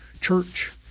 church